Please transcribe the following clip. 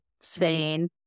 Spain